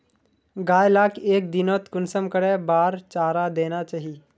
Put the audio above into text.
गाय लाक एक दिनोत कुंसम करे बार चारा देना चही?